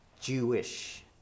Jewish